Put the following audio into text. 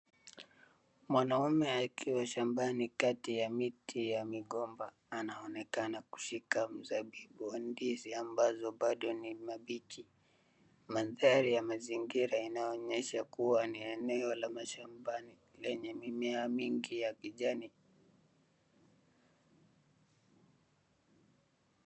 Mwanaume akiwa shambani kati ya miti ya migomba. Anaonekana kushika mzabibu wa ndizi ambazo bado ni mambichi. Mandhari ya mazingira inaonyesha kuwa ni eneo la mashambani lenye mimea mingi ya kijani.